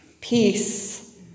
Peace